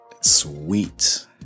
sweet